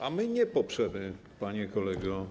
A my nie poprzemy, panie kolego.